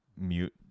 mute